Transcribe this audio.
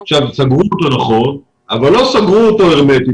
נכון, סגרו אותו אבל לא סגרו אותו הרמטית.